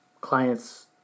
clients